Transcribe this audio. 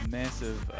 massive